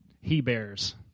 he-bears